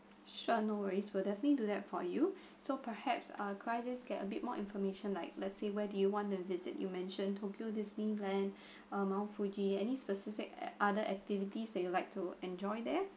sure no worries we'll definitely do that for you so perhaps err could I just get a bit more information like let's say where do you want to visit you mentioned tokyo disneyland a mount fuji any specific ot~ other activities that you'd like to enjoy there